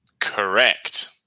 correct